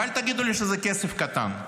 ואל תגידו לי שזה כסף קטן.